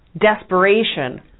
desperation